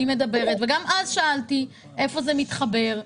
גם אז שאלתי איפה זה מתחבר.